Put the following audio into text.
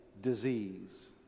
disease